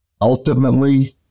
ultimately